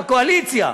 בקואליציה,